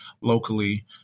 locally